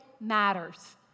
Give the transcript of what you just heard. matters